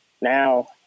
now